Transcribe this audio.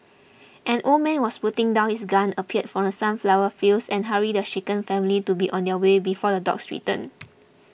an old man was putting down his gun appeared from sunflower fields and hurried the shaken family to be on their way before the dogs return